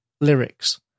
lyrics